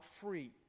free